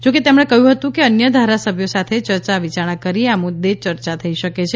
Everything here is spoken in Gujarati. જોકે તેમણે કહ્યું હતું કે અન્ય ધારાસભ્યો સાથે ચર્ચા વિચારણા કરી આ મુદ્દે ચર્ચા થઈ શકે છે